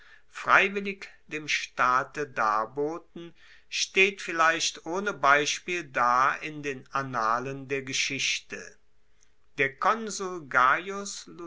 freiwillig dem staate darboten steht vielleicht ohne beispiel da in den annalen der geschichte der konsul